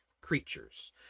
creatures